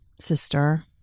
sister